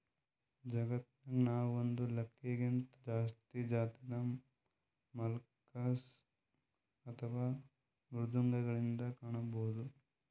ಜಗತ್ತನಾಗ್ ನಾವ್ ಒಂದ್ ಲಾಕ್ಗಿಂತಾ ಜಾಸ್ತಿ ಜಾತಿದ್ ಮಲಸ್ಕ್ ಅಥವಾ ಮೃದ್ವಂಗಿಗೊಳ್ ಕಾಣಬಹುದ್